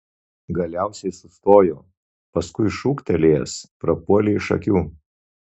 galiausiai sustojo paskui šūktelėjęs prapuolė iš akių